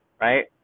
right